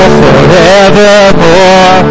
forevermore